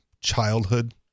childhood